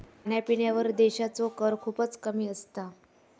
खाण्यापिण्यावर देशाचो कर खूपच कमी असता